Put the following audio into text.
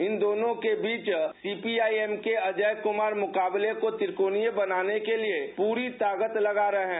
इन दोनों के बीच सीपीआई एम के अजय कुमार मुकाबले को त्रिकोणीय बनाने के लिए पूरी ताकत लगा रहे हैं